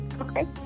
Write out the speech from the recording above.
okay